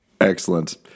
Excellent